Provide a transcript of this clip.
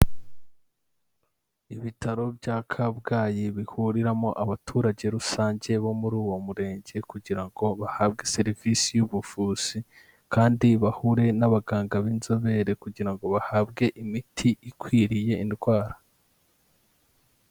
Ibitaro bya Kabgayi bihuriramo abaturage rusange bo muri uwo murenge kugira ngo bahabwe serivisi y'ubuvuzi, kandi bahure n'abaganga b'inzobere kugira ngo bahabwe imiti ikwiriye indwara.